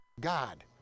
God